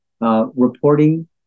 reporting